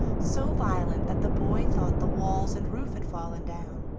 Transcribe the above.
so violent that the boy thought the walls and roof had fallen down,